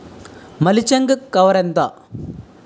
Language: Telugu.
మల్చింగ్ కవర్ ఎంత?